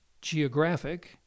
geographic